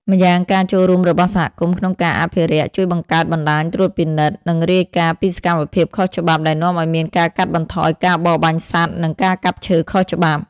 ម្យ៉ាងការចូលរួមរបស់សហគមន៍ក្នុងការអភិរក្សជួយបង្កើតបណ្តាញត្រួតពិនិត្យ និងរាយការណ៍ពីសកម្មភាពខុសច្បាប់ ដែលនាំឱ្យមានការកាត់បន្ថយការបរបាញ់សត្វ និងការកាប់ឈើខុសច្បាប់។